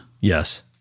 Yes